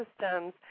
systems